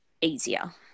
easier